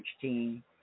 team